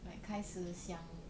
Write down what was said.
like 开始想